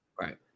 Right